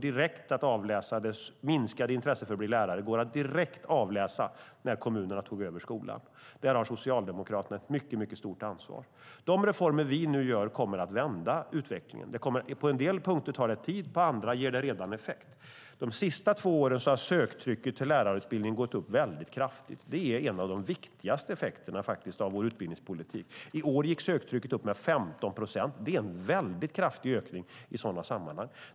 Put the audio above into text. Det minskade intresset för att bli lärare går att direkt avläsa när kommunerna tog över skolan. Där har Socialdemokraterna ett mycket stort ansvar. De reformer vi nu gör kommer att vända utvecklingen. På en del punkter tar det tid, på andra ger det redan effekt. De senaste två åren har söktrycket till lärarutbildningen gått upp väldigt kraftigt. Det är faktiskt en av de viktigaste effekterna av vår utbildningspolitik. I år gick söktrycket upp med 15 procent. Det är en väldigt kraftig ökning i sådana sammanhang.